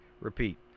repeat